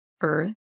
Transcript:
earth